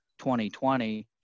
2020